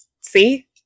See